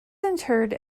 interred